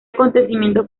acontecimiento